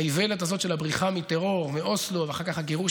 האיוולת הזאת של הבריחה מטרור ואוסלו ואחר כך הגירוש